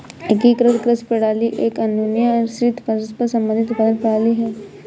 एकीकृत कृषि प्रणाली एक अन्योन्याश्रित, परस्पर संबंधित उत्पादन प्रणाली है